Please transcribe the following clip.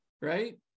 right